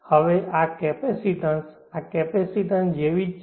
હવે આ કેપેસિટીન્સ આ કેપેસિટીન્સ જેવી જ છે